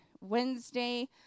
Wednesday